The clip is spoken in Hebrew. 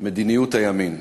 מדיניות הימין.